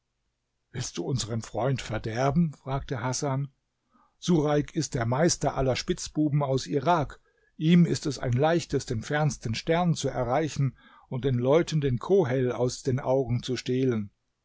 willst du unseren freund verderben fragte hasan sureik ist der meister aller spitzbuben aus irak ihm ist es ein leichtes den fernsten stern zu erreichen und den leuten den kohel aus den augen zu stehlen